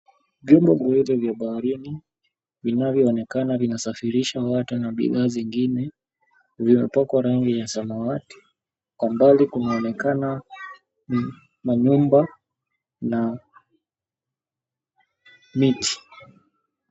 Vyombo viwili vya baharini vinavyoonekana vinasafirisha watu na bidhaa zingine, vimepakwa rangi ya samawati, kwa mbali kunaonekana manyumba na miti.